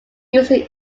user